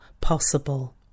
possible